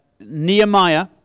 Nehemiah